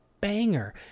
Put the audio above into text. banger